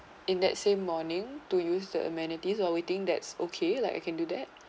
in that same morning to use the amenities I'll waiting that's okay like I can do that